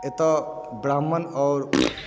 एतय ब्राह्मण आओर